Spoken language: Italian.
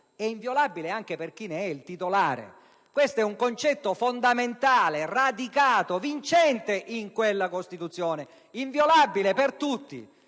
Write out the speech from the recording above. è inviolabile anche per chi ne è il titolare. Questo è un concetto fondamentale, radicato e vincente nella Costituzione: un diritto inviolabile per tutti.